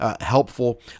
helpful